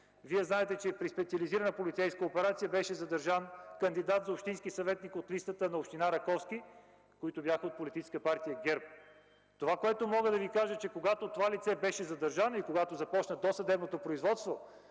Вие знаете, че при специализирана полицейска операция беше задържан кандидат-общински съветник от листата на община Раковски от Политическа партия ГЕРБ. Когато това лице беше задържано и когато започна досъдебното производство,